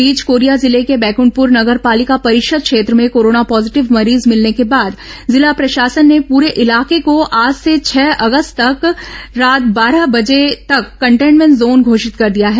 इस बीच कोरिया जिले के बैक ं ठप्र नगर पालिका परिषद क्षेत्र में कोरोना पॉजीटिव मरीज मिलने के बाद जिला प्रशासन ने परे इलाके को आर्ज से छह अगस्त रात बारह बजे तक कंटेनमेंट जोन घोषित कर दिया है